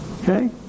Okay